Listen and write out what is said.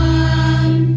one